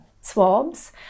swabs